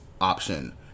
option